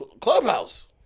clubhouse